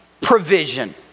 provision